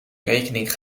rekening